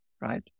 right